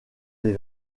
des